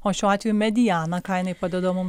o šiuo atveju mediana ką jinai padeda mum